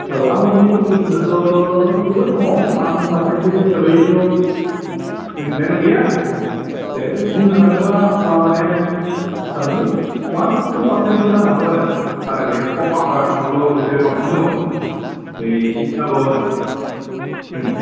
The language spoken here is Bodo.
औ आहमनि पपुलेसनआथ' जोबोद खम आं फारसेनटेज हिसाबैथ' मोनथिनाय नंलिया ओइ बुंनो थाङोबा आहमा मानि आसामनि वान थु फारसेन्टफोर जानो हागौ आरो बारा गैया खम आफार आसामआवल' बिसोरो बांसिन दङ ओरै शिब सागर उम